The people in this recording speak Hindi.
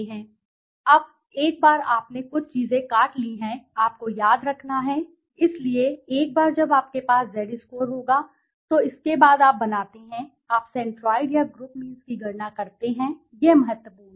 अब एक बार आपने कुछ चीजें काट ली हैं आपको याद रखना है इसलिए एक बार जब आपके पास Z स्कोर होगा तो इसके बाद आप बनाते हैं आप सेंट्रोइड्स या ग्रुप मीन्स की गणना करते हैंयह महत्वपूर्ण है